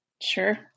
Sure